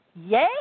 yay